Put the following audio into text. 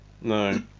No